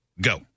Go